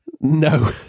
No